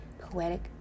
poetic